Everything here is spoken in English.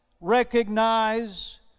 recognize